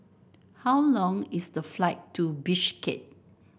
how long is the flight to Bishkek